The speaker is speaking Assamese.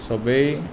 চবেই